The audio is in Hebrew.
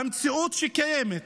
במציאות שקיימת,